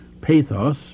pathos